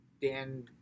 Dan